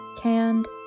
Canned